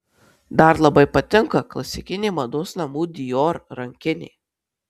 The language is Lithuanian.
dar labai patinka klasikinė mados namų dior rankinė